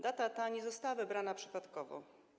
Data ta nie została wybrana przypadkowo.